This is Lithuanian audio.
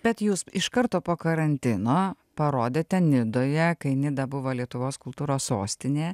bet jūs iš karto po karantino parodėte nidoje kai nida buvo lietuvos kultūros sostinė